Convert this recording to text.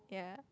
yeah